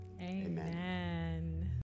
amen